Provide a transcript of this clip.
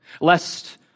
lest